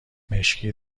مشکی